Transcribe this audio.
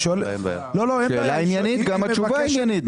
שאלה עניינית, גם התשובה עניינית.